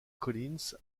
collins